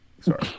Sorry